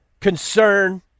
concern